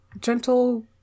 Gentle